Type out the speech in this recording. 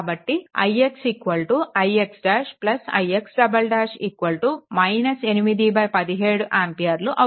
కాబట్టి ix ix ' ix " 8 17 ఆంపియర్లు అవుతుంది